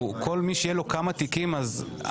האם לכל מי שיהיו לו כמה תיקים הנציג